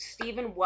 Stephen